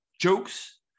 jokes